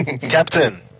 Captain